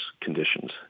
conditions